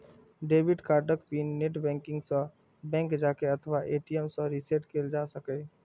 debit कार्डक PIN net banking सं, bank जाके अथवा ए.टी.एम सं रीसेट कैल जा सकैए